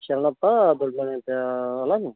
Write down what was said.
ಶರಣಪ್ಪ ದೊಡ್ಡಮನಿ ಅಂತ್ಹೇಳ್ ಅಲ್ವಾ ನೀವು